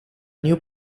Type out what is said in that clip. new